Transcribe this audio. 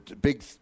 big